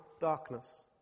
darkness